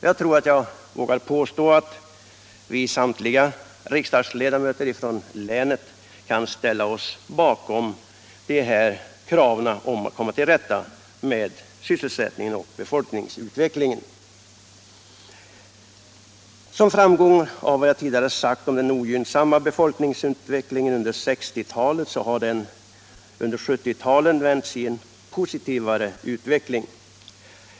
Jag tror att jag vågar påstå att vi samtliga riksdagsledamöter ifrån länet kan ställa oss bakom de här kraven för att komma till rätta med sysselsättningen och befolkningsutvecklingen. Som framgår av vad jag sagt har den ogynnsamma befolkningsutvecklingen under 1960-talet under 1970-talet vänts i en positivare rikt ning.